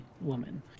woman